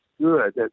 good